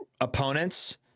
opponents